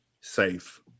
safe